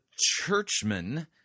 churchman